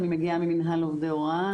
אני מגיעה ממינהל עובדי הוראה,